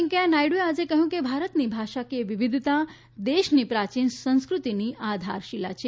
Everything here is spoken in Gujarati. વેંકૈયા નાયડુએ આજે કહ્યું હતું કે ભારતની ભાષાકીય વિવિધતા દેશની પ્રાચીન સંસ્કૃતિની આધારશીલા છે